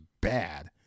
bad